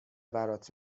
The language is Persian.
برات